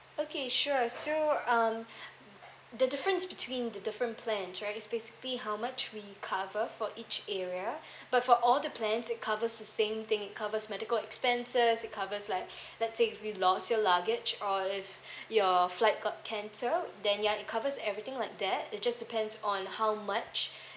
okay sure so um the difference between the different plans right is basically how much we cover for each area but for all the plans it covers the same thing it covers medical expenses it covers like let's say if you lost your luggage or if your flight got cancelled then ya it covers everything like that it just depends on how much